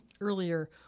earlier